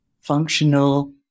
functional